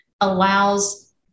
allows